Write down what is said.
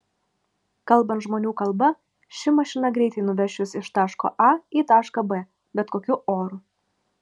kalbant žmonių kalba ši mašina greitai nuveš jus iš taško a į tašką b bet kokiu oru